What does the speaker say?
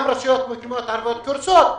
גם הרשויות המקומיות הערביות קורסות.